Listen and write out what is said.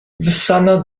wyssana